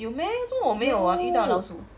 有 meh 做么我没有遇到老鼠